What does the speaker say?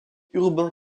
urbain